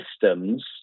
systems